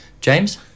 James